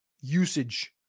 usage